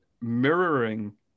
mirroring